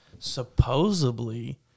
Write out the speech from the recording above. supposedly